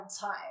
time